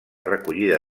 recollida